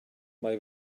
mae